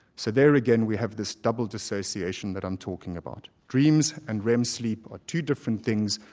so there again, we have this double dissociation that i'm talking about. dreams and rem sleep are two different things,